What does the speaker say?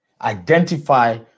identify